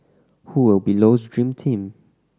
who will be Low's dream team